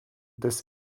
des